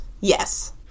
Yes